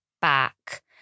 back